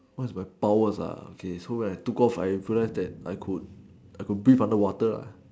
what's my powers ah okay so when I took off I realise that I could I could breathe underwater lah